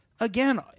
Again